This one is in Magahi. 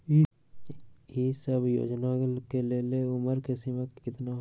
ई सब योजना के लेल उमर के सीमा केतना हई?